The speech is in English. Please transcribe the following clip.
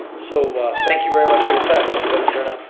so thank you very much for your time mr. viteturna.